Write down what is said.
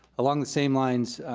along the same lines,